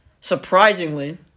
surprisingly –